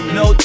no